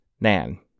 Nan